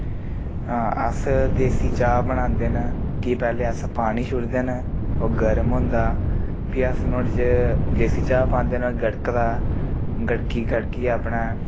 अस देसी चाह् बनांदे न कि पैह्ले अस पानी छुड़दे न ओह् गर्म होंदा फ्ही अस नुहाड़े च देसी चाह् पांदे न गड़कदा गढ़की गढ़कियै अपना